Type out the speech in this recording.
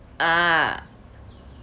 ah